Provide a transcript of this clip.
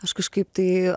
aš kažkaip tai